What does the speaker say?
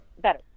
Better